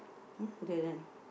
!huh! the